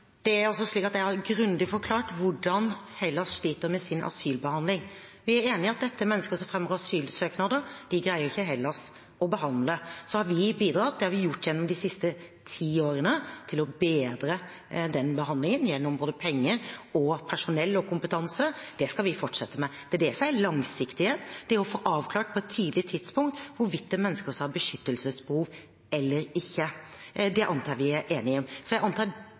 Jeg har grundig forklart hvordan Hellas sliter med sin asylbehandling. Vi er enig i at dette er mennesker som fremmer asylsøknader, de greier ikke Hellas å behandle. Så har vi bidratt, det har vi gjort de siste ti årene, til å bedre den behandlingen ved både penger, personell og kompetanse. Det skal vi fortsette med. Det er det som er langsiktighet; å få avklart på et tidlig tidspunkt hvorvidt det er mennesker som har beskyttelsesbehov eller ikke. Det antar jeg vi er enige om. Jeg